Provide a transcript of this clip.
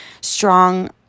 strong